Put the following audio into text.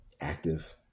active